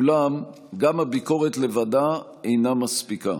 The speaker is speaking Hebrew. אולם גם הביקורת לבדה אינה מספיקה.